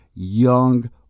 Young